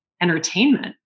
entertainment